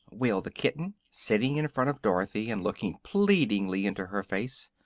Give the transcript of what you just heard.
wailed the kitten, sitting in front of dorothy and looking pleadingly into her face.